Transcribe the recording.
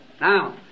Now